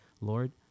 Lord